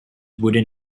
wooden